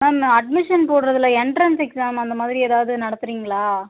ma'am admission போடுறதுல entrance exam அந்த மாதிரி எதாவது நடத்துறீங்களா